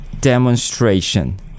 demonstration